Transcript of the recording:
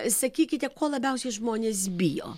sakykite ko labiausiai žmonės bijo